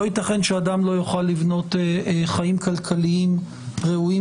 לא ייתכן שאדם לא יוכל לבנות חיים כלכליים ראויים